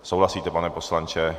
Souhlasíte, pane poslanče?